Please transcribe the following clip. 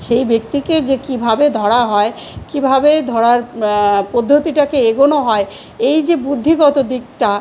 সেই ব্যক্তিকে যে কীভাবে ধরা হয় কীভাবে ধরার পদ্ধতিটাকে এগোনো হয় এই যে বুদ্ধিগত দিকটা